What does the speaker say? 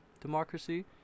democracy